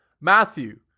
Matthew